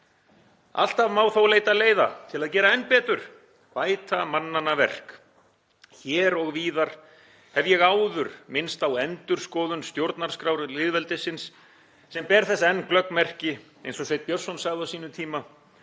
Alltaf má þó leita leiða til að gera enn betur, bæta mannanna verk. Hér og víðar hef ég áður minnst á endurskoðun stjórnarskrár lýðveldisins sem ber þess enn glögg merki, eins og Sveinn Björnsson sagði á sínum tíma,